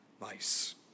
vice